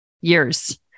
years